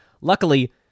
Luckily